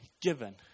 given